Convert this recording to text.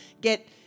get